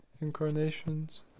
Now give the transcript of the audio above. incarnations